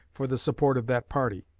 for the support of that party.